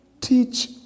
teach